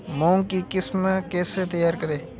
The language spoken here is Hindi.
मूंग की किस्म कैसे तैयार करें?